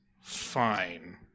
fine